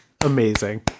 amazing